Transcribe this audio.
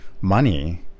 money